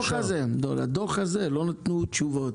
עכשיו, בדוח הזה שמונח כאן, הם לא נתנו תשובות.